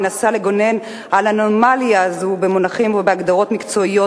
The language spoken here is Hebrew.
המנסה לגונן על אנומליה זו במונחים ובהגדרות "מקצועיים"?